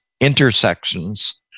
intersections